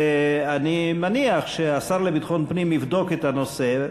ואני מניח שהשר לביטחון פנים יבדוק את הנושא,